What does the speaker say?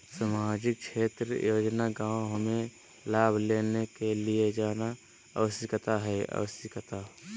सामाजिक क्षेत्र योजना गांव हमें लाभ लेने के लिए जाना आवश्यकता है आवश्यकता है?